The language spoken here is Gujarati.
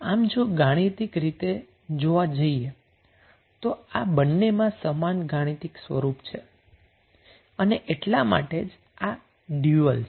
આમ જો ગાણિતિક રીતે જોવા જઈએ તો આ બંનેમા સમાન ગાણિતિક સ્વરૂપ છે અને એટલા માટે જ આ ડયુઅલ છે